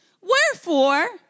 wherefore